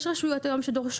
יש היום רשויות שדורשות,